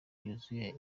yuzuye